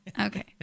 Okay